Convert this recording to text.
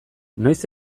noiz